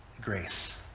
grace